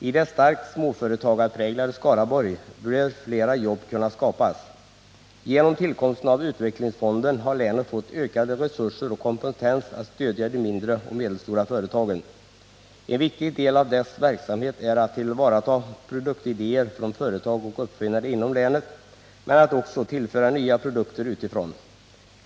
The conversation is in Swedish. I det starkt småföretagspräglade Skaraborgs län bör flera jobb kunna skapas. Genom tillkomsten av utvecklingsfonden har länet fått ökade resurser och kompetens att stödja de mindre och medelstora företagen. En viktig del av dess verksamhet är att tillvarata produktidéer från företag och uppfinnare inom länet men också att tillföra nya produkter utifrån.